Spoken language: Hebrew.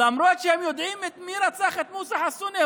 למרות שהם יודעים מי רצח את מוסא חסונה,